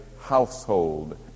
household